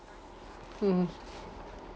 mmhmm